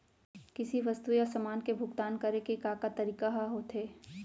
किसी वस्तु या समान के भुगतान करे के का का तरीका ह होथे?